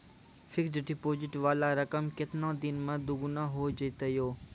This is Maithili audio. फिक्स्ड डिपोजिट वाला रकम केतना दिन मे दुगूना हो जाएत यो?